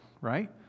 right